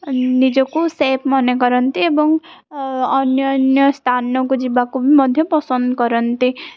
ନିଜକୁ ସେଫ୍ ମନେ କରନ୍ତି ଏବଂ ଅନ୍ୟନ୍ୟ ସ୍ଥାନକୁ ଯିବାକୁ ବି ମଧ୍ୟ ପସନ୍ଦ କରନ୍ତି